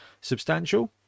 substantial